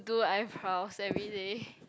do eyebrows everyday